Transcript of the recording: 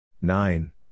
nine